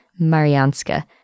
Marianska